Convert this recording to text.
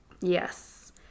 yes